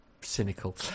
cynical